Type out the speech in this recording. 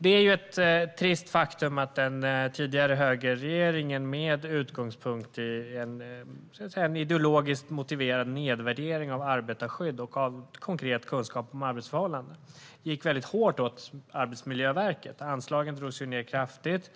Det är ett trist faktum att den tidigare högerregeringen med utgångspunkt i en ideologiskt motiverad nedvärdering av både arbetarskydd och konkret kunskap om arbetsförhållanden gick väldigt hårt åt Arbetsmiljöverket. Anslagen drogs ned kraftigt.